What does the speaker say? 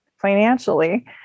financially